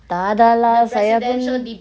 tak ada lah saya pun